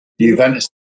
Juventus